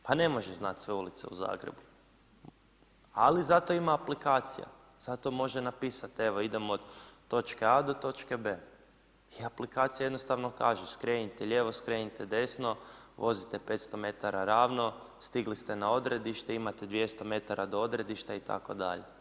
Pa ne može znati sve ulice u Zagrebu, ali zato ima aplikacija, zato može napisati evo idemo od točke A do točke B i aplikacija jednostavno kaže skrenite lijevo, skrenite desno, vozite 500 metara ravno, stigli ste na odredište, imate 200 metara do odredišta itd.